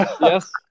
Yes